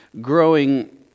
growing